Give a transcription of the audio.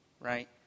Right